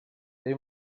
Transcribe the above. they